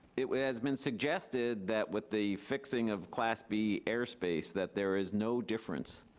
it has been suggested that with the fixing of class b air space that there is no difference